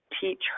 teach